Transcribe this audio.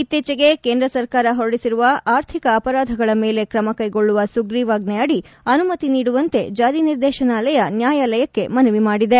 ಇತ್ತೀಚೆಗೆ ಕೇಂದ ಸರ್ಕಾರ ಹೊರಡಿಸಿರುವ ಆರ್ಥಿಕ ಅಪರಾಧಗಳ ಮೇಲೆ ಕ್ರಮ ಕ್ನೆಗೊಳ್ಳುವ ಸುಗ್ರೀವಾಜ್ವೆ ಅಡಿ ಅನುಮತಿ ನೀಡುವಂತೆ ಜಾರಿ ನಿರ್ದೇಶನಾಲಯ ನ್ಯಾಯಾಲಯಕ್ಕೆ ಮನವಿ ಮಾಡಿದೆ